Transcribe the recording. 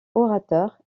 orateur